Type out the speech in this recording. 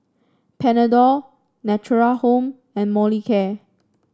Panadol Natura Home and Molicare